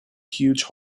huge